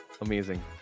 Amazing